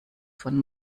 von